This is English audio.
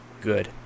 good